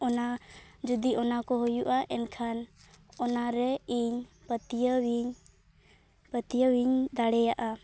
ᱚᱱᱟ ᱡᱩᱫᱤ ᱚᱱᱟᱠᱚ ᱦᱩᱭᱩᱜᱼᱟ ᱮᱱᱠᱷᱟᱱ ᱚᱱᱟᱨᱮ ᱤᱧ ᱯᱟᱹᱛᱭᱟᱹᱣ ᱤᱧ ᱯᱟᱹᱛᱭᱟᱹᱣᱤᱧ ᱫᱟᱲᱮᱭᱟᱜᱼᱟ